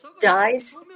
dies